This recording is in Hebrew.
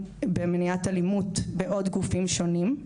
במניעת אלימות בעוד גופים שונים,